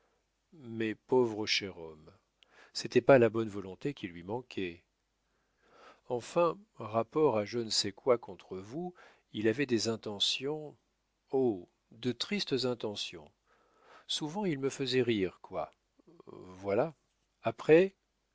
mais pauvre cher homme c'était pas la bonne volonté qui lui manquait enfin rapport à je ne sais quoi contre vous il avait des intentions oh de tristes intentions souvent il me faisait rire quoi voilà après